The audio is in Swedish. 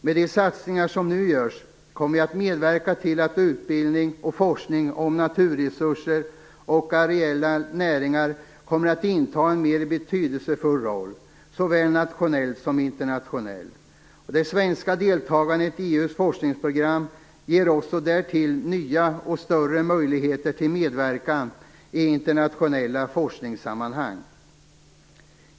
Med de satsningar som nu görs kommer vi att medverka till att utbildning och forskning om naturresurser och areella näringar kommer att inta en mer betydelsefull roll, såväl nationellt som internationellt. Det svenska deltagandet i EU:s forskningsprogram ger oss därtill nya och större möjligheter till medverkan i internationella forskningssammanhang.